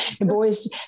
boys